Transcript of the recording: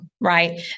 right